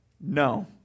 No